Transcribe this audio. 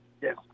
yes